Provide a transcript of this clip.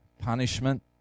punishment